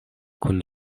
kun